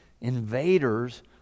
invaders